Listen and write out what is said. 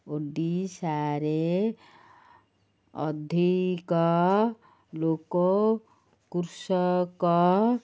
ଓଡ଼ିଶାରେ ଅଧିକ ଲୋକ କୃଷକ